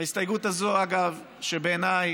ההסתייגות הזאת, שבעיניי,